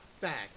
fact